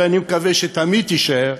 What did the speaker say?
ואני מקווה שתמיד תישאר,